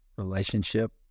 relationship